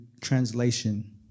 translation